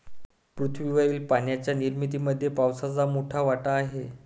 पृथ्वीवरील पाण्याच्या निर्मितीमध्ये पावसाचा मोठा वाटा आहे